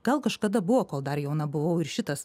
gal kažkada buvo kol dar jauna buvau ir šitas